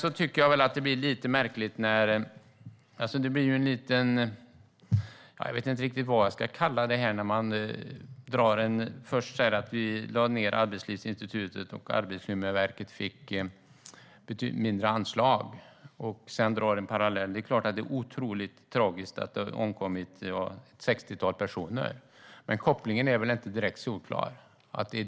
Sedan tycker jag att det blir lite märkligt när man först säger att man lade ned Arbetslivsinstitutet och att Arbetsmiljöverket fick mindre anslag och sedan drar en parallell till antalet dödsfall. Det är klart att det är otroligt tragiskt att ett sextiotal personer har omkommit, men kopplingen är inte direkt solklar.